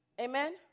Amen